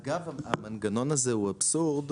אגב, המנגנון הזה הוא אבסורד.